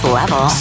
level